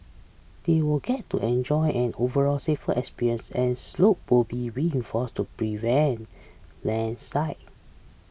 they will get to enjoy an overall safer experience as slope will be reinforced to prevent landslide